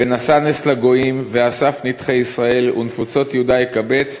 ונשא נס לגוים ואסף נדחי ישראל ונפוצות יהודה יקבץ